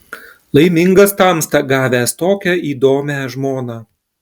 laimingas tamsta gavęs tokią įdomią žmoną